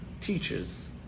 teaches